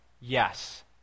Yes